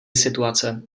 situace